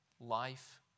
Life